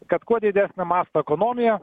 kad kuo didesnio masto ekonomija